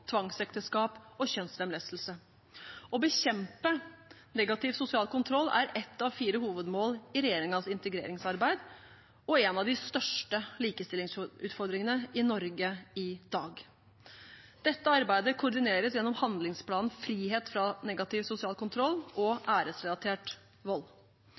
tvangsekteskap og kjønnslemlestelse. Å bekjempe negativ sosial kontroll er ett av fire hovedmål i regjeringens integreringsarbeid og en av de største likestillingsutfordringene i Norge i dag. Dette arbeidet koordineres gjennom handlingsplanen Frihet fra negativ sosial kontroll og æresrelatert vold.